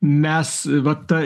mes va ta